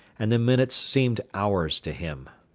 and the minutes seemed hours to him.